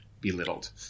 belittled